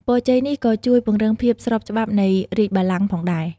ពរជ័យនេះក៏ជួយពង្រឹងភាពស្របច្បាប់នៃរាជ្យបល្ល័ង្កផងដែរ។